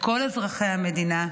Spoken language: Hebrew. לכל אזרחי המדינה,